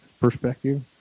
perspective